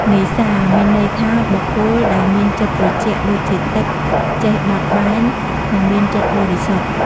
នេសា មានន័យថា បុគ្គលដែលមានចិត្តត្រជាក់ដូចជាទឹក ចេះបត់បែន និងមានចិត្តបរិសុទ្ធ។